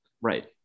Right